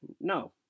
No